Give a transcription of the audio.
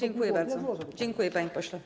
Dziękuję bardzo, dziękuję, panie pośle.